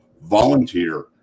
volunteer